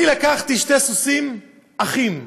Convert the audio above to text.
אני לקחתי שני סוסים אחים,